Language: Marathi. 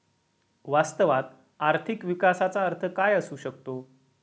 वास्तवात आर्थिक विकासाचा अर्थ काय असू शकतो?